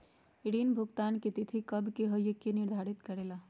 ऋण भुगतान की तिथि कव के होई इ के निर्धारित करेला?